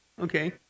Okay